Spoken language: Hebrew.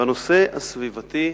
בנושא הסביבתי,